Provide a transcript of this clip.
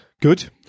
Good